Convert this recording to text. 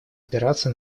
опираться